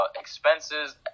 expenses